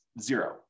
zero